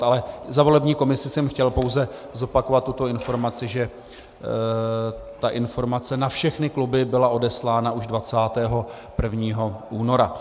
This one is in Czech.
Ale za volební komisi jsem chtěl pouze zopakovat tuto informaci, že ta informace na všechny kluby byla odeslána už 21. února.